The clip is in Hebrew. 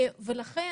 לכן,